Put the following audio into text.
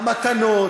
המתנות,